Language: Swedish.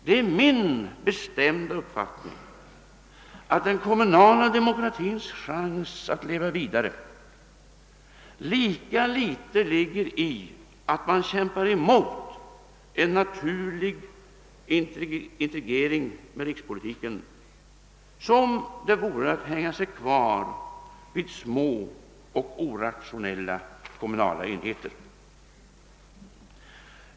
Det är min bestämda uppfattning att den kommunala demokratins chans att leva vidare lika litet ligger i att man kämpar mot en naturlig integrering med rikspolitiken som i att hänga sig kvar vid små och orationella kommunala enheter.